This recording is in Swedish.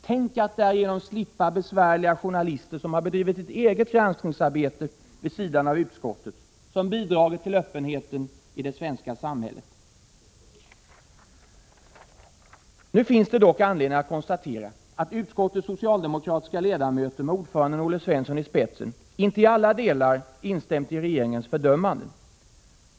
Tänk att därigenom slippa besvärliga journalister som har bedrivit ett eget granskningsarbete vid sidan av utskottets, som bidragit till öppenheten i det svenska samhället. Nu finns det dock anledning att konstatera att utskottets socialdemokratiska ledamöter, med ordföranden Olle Svensson i spetsen, inte i alla delar har instämt i regeringens fördömanden.